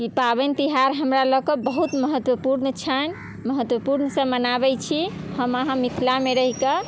की पाबनि तिहार हमरा लोकके बहुत महत्वपूर्ण छन्हि महत्वपूर्णसँ मनाबै छी हम अहाँ मिथिलामे रहि कऽ